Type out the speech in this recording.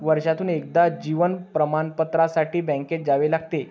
वर्षातून एकदा जीवन प्रमाणपत्रासाठी बँकेत जावे लागते